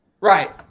Right